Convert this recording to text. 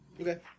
Okay